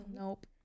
Nope